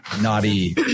naughty